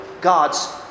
God's